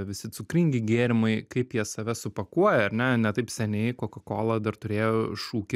visi cukringi gėrimai kaip jie save supakuoja ar ne ne taip seniai kokakola dar turėjo šūkį